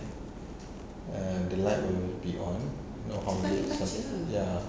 uh the light will be on not how